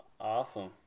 awesome